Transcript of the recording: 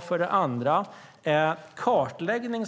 För det andra gör vi nu en kartläggning,